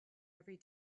every